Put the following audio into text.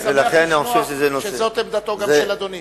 ואני שמח לשמוע שזו גם עמדתו של אדוני.